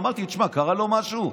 אמרתי: קרה לו משהו?